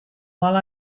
while